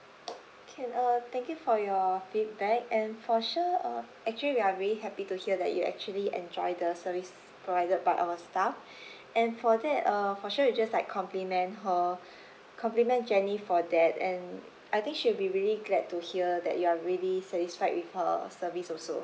can uh thank you for your feedback and for sure uh actually we are really happy to hear that you actually enjoy the service provided by our staff and for that uh for sure we'll just like compliment her compliment jenny for that and I think she'll be really glad to hear that you're really satisfied with her service also